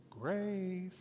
grace